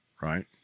Right